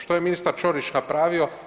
Što je ministar Ćorić napravio?